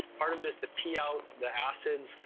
part of it is to pee out the acids,